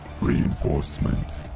reinforcement